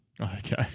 Okay